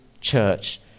church